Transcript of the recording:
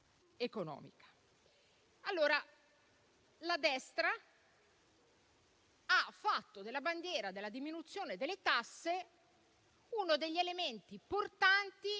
economica. La destra ha fatto della bandiera della diminuzione delle tasse uno degli elementi portanti